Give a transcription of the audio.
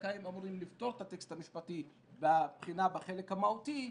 דקה הם אמורים לפתור את הטקסט המשפטי בבחינה בחלק המהותי,